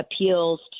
appeals